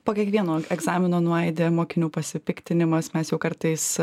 po kiekvieno egzamino nuaidi mokinių pasipiktinimas mes jau kartais